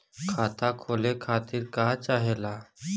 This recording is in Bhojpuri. खाता खोले खातीर का चाहे ला?